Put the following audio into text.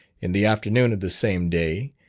in the afternoon of the same day,